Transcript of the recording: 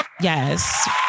Yes